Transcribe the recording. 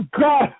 God